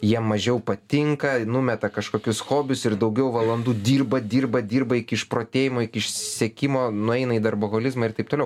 jiem mažiau patinka numeta kažkokius hobius ir daugiau valandų dirba dirba dirba iki išprotėjimo iki išsekimo nueina į darboholizmą ir taip toliau